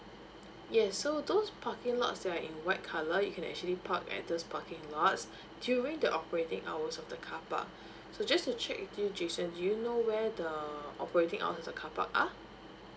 yes so those parking lots that are in white colour you can actually park at those parking lots during the operating hours of the carpark so just to check with you jason do you know where the operating hours of the carpark are